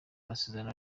amasezerano